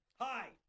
Hi